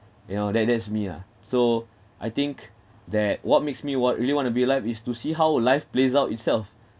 you know that that's me lah so I think that what makes me wa~ really want to be alive is to see how life plays out itself